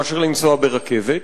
מאשר לנסוע ברכבת.